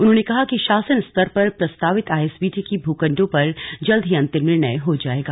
उन्होंने कहा कि शासन स्तर पर प्रस्तावित आईएसबीटी के भूखण्डों पर जल्द ही अन्तिम निर्णय हो जायेगा